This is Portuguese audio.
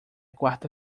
quarta